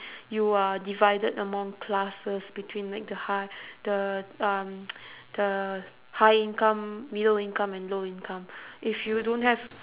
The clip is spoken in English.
you are divided among classes between like the hi~ the um the high income middle income and low income if you don't have